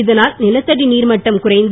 இதனால் நிலத்தடி நீர்மட்டம் குறைந்து